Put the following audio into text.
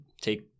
Take